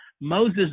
Moses